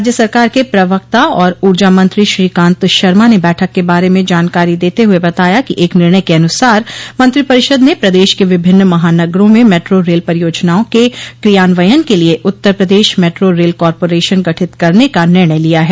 राज्य सरकार के प्रवक्ता और ऊर्जा मंत्री श्रीकांत शर्मा ने बैठक के बारे में जानकारी देते हुए बताया कि एक निर्णय के अनुसार मंत्रिपरिषद ने प्रदेश के विभिन्न महानगरों में मेट्रो रेल परियोजनाओं के क्रियान्वयन के लिये Uttar Pradesh metro rail corporation गठित करने का निर्णय लिया है